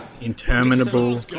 Interminable